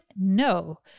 No